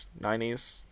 90s